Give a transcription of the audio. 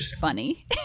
funny